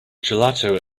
gelato